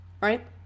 right